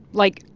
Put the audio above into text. like,